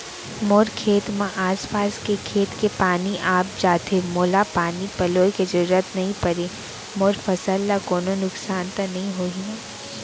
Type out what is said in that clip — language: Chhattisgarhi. मोर खेत म आसपास के खेत के पानी आप जाथे, मोला पानी पलोय के जरूरत नई परे, मोर फसल ल कोनो नुकसान त नई होही न?